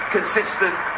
Consistent